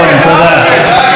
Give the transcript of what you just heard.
לא הייתי מפלג את העם הזה,